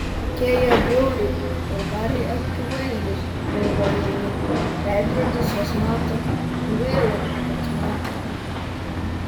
kokie jie bjauriai vulgariai akivaizdūs galvoja ji veidrodis juos mato gaila kad mato